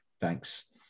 thanks